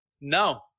No